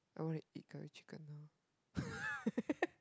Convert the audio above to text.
I wanna eat curry chicken now